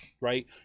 right